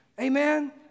Amen